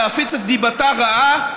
להפיץ את דיבתה רעה,